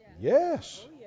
Yes